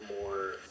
more